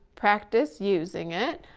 practice using it.